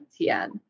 TN